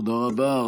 תודה רבה.